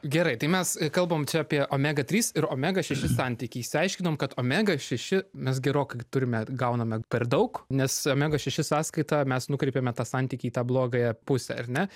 gerai tai mes kalbam čia apie omega trys ir omega šeši santykį išsiaiškinom kad omega šeši mes gerokai turime gauname per daug nes omega šeši sąskaita mes nukreipiame tą santykį į tą blogąją pusę ar ne